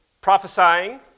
prophesying